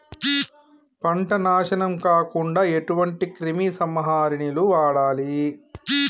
పంట నాశనం కాకుండా ఎటువంటి క్రిమి సంహారిణిలు వాడాలి?